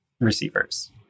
receivers